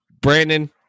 Brandon